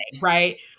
right